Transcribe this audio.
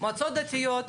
אני תוהה,